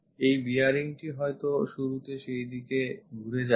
এই bearing টি হয়তো শুরুতে সেই দিকে ঘুরে যাবে